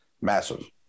Massive